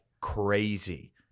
crazy